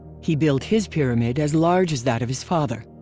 he built his pyramid as large as that of his father.